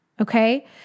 okay